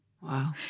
Wow